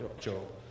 Job